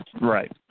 Right